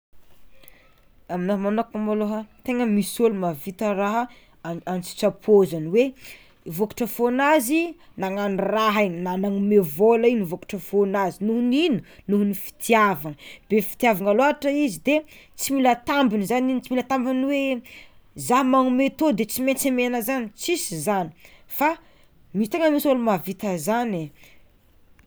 Aminaha magnokana malôha tegna misy olo mavita raha an-tsitrapo zany hoe vôkatra fônazy nagnano raha igny, na nanome vôla igny vôkatra fônazy noho ny inona noho ny fitiavana be fitiavana loatra izy de tsy mila tambiny zany igny tsy mila tambiny hoe zah manome tô de tsy maintsy amena zany tsisy zany fa mi- tegna misy olo mavita an'izany e.